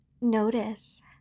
Notice